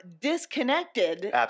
disconnected